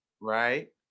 right